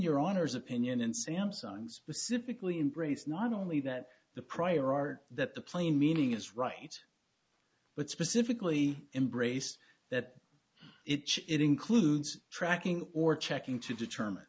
your honour's opinion and samsung specifically embrace not only that the prior art that the plain meaning is right but specifically embrace that it includes tracking or checking to determine